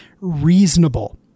reasonable